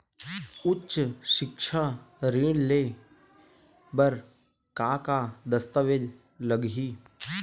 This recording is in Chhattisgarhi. उच्च सिक्छा ऋण ले बर का का दस्तावेज लगही?